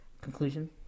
conclusion